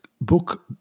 book